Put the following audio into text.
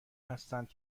هستند